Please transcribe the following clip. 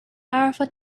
powerful